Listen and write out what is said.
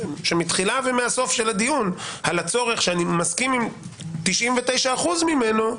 שמתחילה ומסוף הדיון על הצורך שאני מסכים עם 99% ממנו,